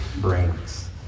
brings